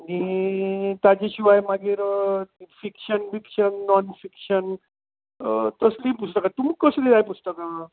आनी ताजे शिवाय मागीर फिक्शन बिक्शन नॉन फिक्शन तसलीं पुस्तकां तुमका कसलीं जाय पुस्तकां